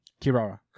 Kirara